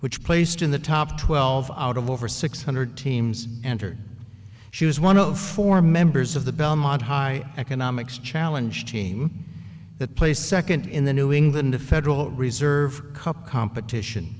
which placed in the top twelve out of over six hundred teams entered she was one of four members of the belmont high economics challenge team that placed second in the new england federal reserve cup competition